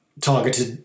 targeted